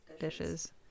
dishes